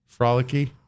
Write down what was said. frolicky